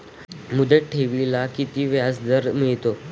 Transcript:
मुदत ठेवीला किती व्याजदर मिळतो?